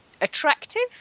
attractive